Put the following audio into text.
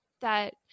that-